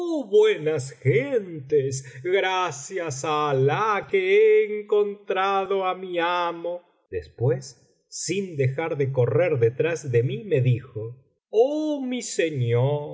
buenas gentes gracias á alah que he encontrado á mi amo después sin dejar de correr detrás de mí me dijo oh mi señor